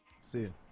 See